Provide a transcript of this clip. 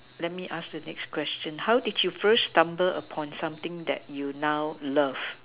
let me ask the next question how did you first stumble upon something that you now love